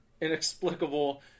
inexplicable